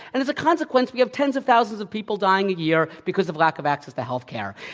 and as a consequence, you have tens of thousands of people dying a year because of lack of access to healthcare.